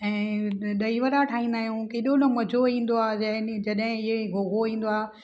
ऐं ॾही वड़ा ठाहींदा आहियूं केॾो न मज़ो ईंदो आहे जंहिं ॾींहुं जॾहिं इहे ॻोगो ईंदो आहे